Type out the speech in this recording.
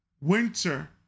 winter